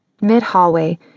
Mid-hallway